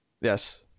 yes